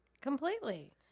Completely